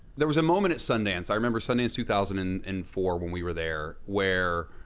there was a moment at sundance, i remember sundance two thousand and and four when we were there, where,